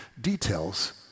details